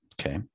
Okay